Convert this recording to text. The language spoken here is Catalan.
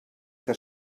que